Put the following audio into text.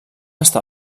està